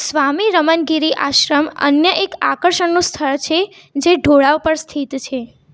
સ્વામી રમનગિરી આશ્રમ અન્ય એક આકર્ષણનું સ્થળ છે જે ઢોળાવ પર સ્થિત છે